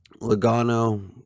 Logano